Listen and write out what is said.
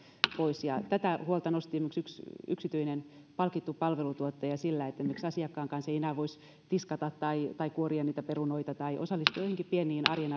pois ja tätä huolta nosti esimerkiksi yksi yksityinen palkittu palveluntuottaja että esimerkiksi asiakkaan kanssa ei enää voisi tiskata tai tai kuoria niitä perunoita tai osallistua joihinkin pieniin arjen